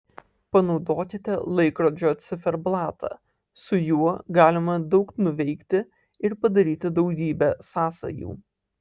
panaudokite laikrodžio ciferblatą su juo galima daug nuveikti ir padaryti daugybę sąsajų